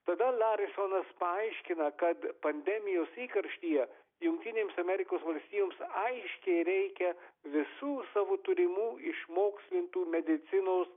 tada larisonas paaiškina kad pandemijos įkarštyje jungtinėms amerikos valstijoms aiškiai reikia visų savo turimų išmokslintų medicinos